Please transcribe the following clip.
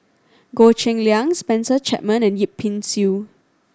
Goh Cheng Liang Spencer Chapman and Yip Pin Xiu